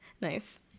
Nice